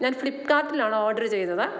ഞാൻ ഫ്ളിപ്കാർട്ടിലാണ് ഓഡർ ചെയ്തത്